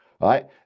right